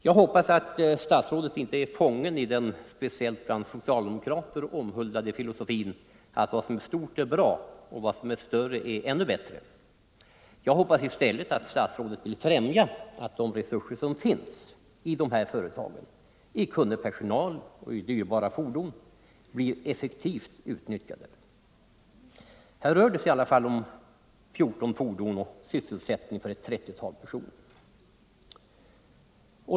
Jag hoppas att statsrådet inte är fången i den, speciellt bland socialdemokrater, omhuldade filosofin att vad som är stort är bra, och vad som är större är ännu bättre. Jag hoppas att statsrådet i stället vill medverka till att de resurser som finns i de här företagen i form av kunnig personal och dyrbara fordon blir effektivt utnyttjade. Här rör det sig ändå om 14 fordon och sysselsättning för ett trettiotal personer.